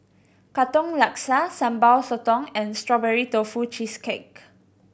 Katong Laksa Sambal Sotong and Strawberry Tofu Cheesecake